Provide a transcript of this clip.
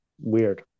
Weird